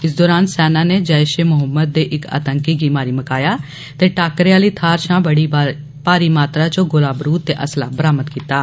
इस दौरान सेना नै जैष ए मोहम्मद दे इक आंतकी गी मारी मकाया ते टाकरे आहली थ्हार षा बड़ी भारी मात्रा च गोला बरूद ते असला बरामद कीत्ता